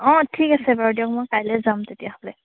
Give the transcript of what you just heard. অঁ ঠিক আছে বাৰু দিয়ক মই কাইলৈ যাম তেতিয়াহ'লে